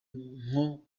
nko